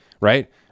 Right